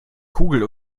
kugel